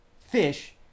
fish